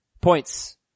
points